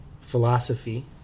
philosophy